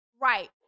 Right